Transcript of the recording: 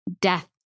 death